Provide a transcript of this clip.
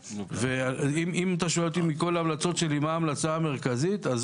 אם אתה שואל אותי מה ההמלצה המרכזית שלי מכול ההמלצות שלי?